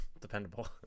dependable